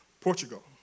Portugal